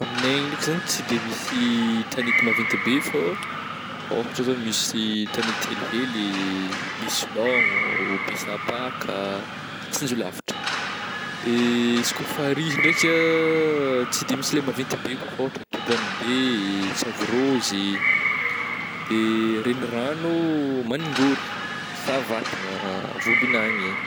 Aminay agny ndraiky zany tsy de misy tanety maventy be fô ôhatra zao misy tanety helihely Besilaogno, Besapàka, Tsinjolavitra, izy koa farihy izy ndraika tsy de misy le maventy be koa fa ôhatra Todranobe e, Savorôzy de renirano Maningôry, Savatagna Vobinagny.